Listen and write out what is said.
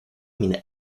min